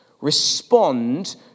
respond